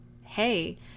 Hey